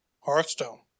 Hearthstone